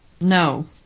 No